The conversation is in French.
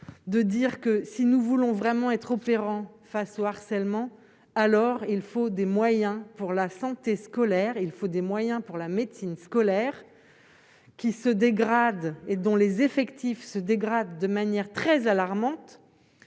de dire que si nous voulons vraiment être opérant face au harcèlement, alors il faut des moyens pour la santé scolaire, il faut des moyens pour la médecine scolaire qui se dégrade et dont les effectifs se dégrade de manière très alarmante,